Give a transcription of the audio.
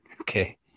okay